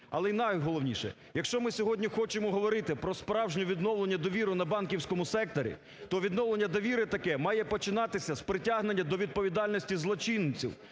Але найголовніше. Якщо ми сьогодні хочемо говорити про справжнє відновлення довіри на банківському секторі, то відновлення довіри таке має починатися з притягнення до відповідальності злочинців,